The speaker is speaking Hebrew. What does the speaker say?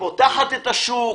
פותח את השוק.